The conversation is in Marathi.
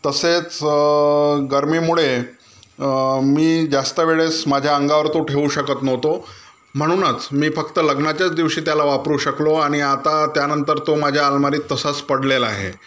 तसेच गरमीमुळे मी जास्त वेळेस माझ्या अंगावर तो ठेवू शकत नव्हतो म्हणूनच मी फक्त लग्नाच्याच दिवशी त्याला वापरू शकलो आणि आता त्या नंतर तो माझ्या अलमारीत तसाच पडलेला आहे